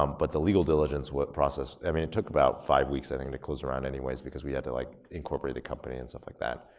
um but the legal diligence process, i mean, it took about five weeks, i think, to close a round anyways, because we had to like incorporate the company and stuff like that.